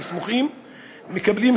יעני סמוכים,